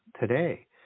today